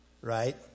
right